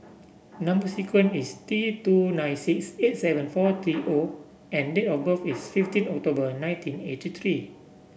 number sequence is T two nine six eight seven four three O and date of birth is fifteen October nineteen eighty three